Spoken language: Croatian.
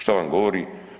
Šta vam govori?